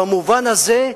במובן הזה,